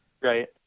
Right